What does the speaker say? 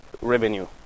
revenue